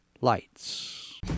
lights